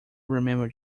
remember